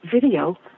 video